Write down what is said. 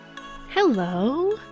Hello